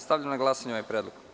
Stavljam na glasanje ovaj predlog.